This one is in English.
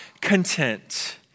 content